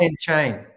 chain